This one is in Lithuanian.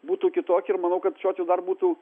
būtų kitokie ir manau kad žodžiu dar būtų